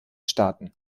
staaten